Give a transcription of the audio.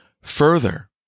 further